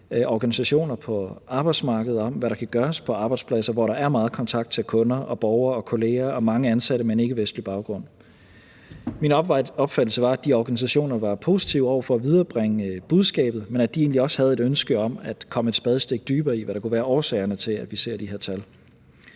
organisationer på arbejdsmarkedet om, hvad der kan gøres på arbejdspladser, hvor der er meget kontakt til kunder, borgere og kollegaer, og hvor der er mange ansatte med en ikke vestlig baggrund. Min opfattelse var, at de organisationer var positive over for at viderebringe budskabet, men at de egentlig også havde et ønske om at komme et spadestik dybere i, hvad der kunne være årsagerne til, at vi ser de her tal.